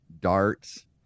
darts